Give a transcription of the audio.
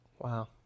wow